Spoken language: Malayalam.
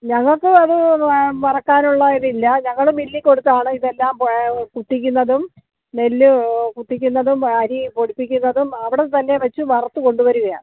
ഞങ്ങൾക്ക് അത് വറുക്കാനുള്ള ഇതില്ല ഞങ്ങൾ മില്ലിൽ കൊടുത്താണ് ഇതെല്ലാം പ കുത്തിക്കുന്നതും നെല്ല് കുത്തിക്കുന്നതും അരി പൊടിപ്പിക്കുന്നതും അവിടെത്തന്നെ വെച്ച് വറുത്ത് കൊണ്ട് വരികയാണ്